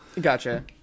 Gotcha